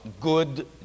good